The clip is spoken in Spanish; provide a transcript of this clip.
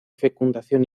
fecundación